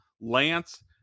Lance